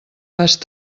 vast